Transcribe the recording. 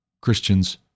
Christians